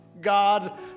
God